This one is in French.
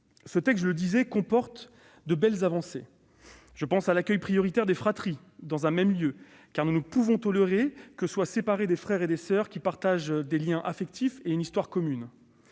Ce texte, je le disais, comporte de belles avancées. Je pense ainsi à l'accueil prioritaire des fratries dans un même lieu, car nous ne pouvons tolérer que soient séparés des frères et soeurs qui partagent des liens affectifs et une histoire commune.